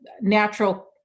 natural